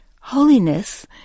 Holiness